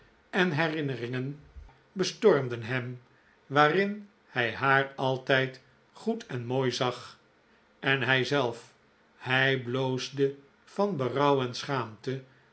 en herinneringen bestormden hem waarin hij haar altijd goed en mooi zag en hijzelf hij bloosde van berouw en schaamte